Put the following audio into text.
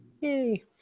Yay